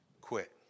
quit